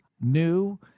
new